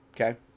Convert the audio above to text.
okay